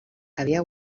havia